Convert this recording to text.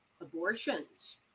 abortions